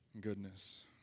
Goodness